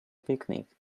picnic